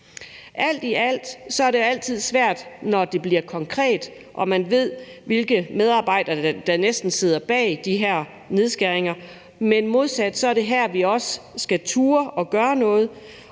Alt i alt er det altid svært, når det bliver konkret, og man næsten ved, hvilke medarbejdere der sidder bag de her nedskæringer, men modsat er det også her, vi skal turde at gøre noget,